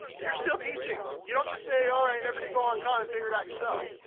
you're still teaching. you don't just say, all right, everybody go on khan and figure it out yourself.